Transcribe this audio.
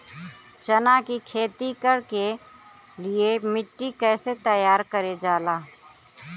चना की खेती कर के लिए मिट्टी कैसे तैयार करें जाला?